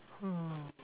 uh